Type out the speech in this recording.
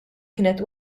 kienet